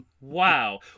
Wow